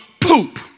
poop